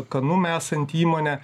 kanum esanti įmonė